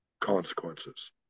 consequences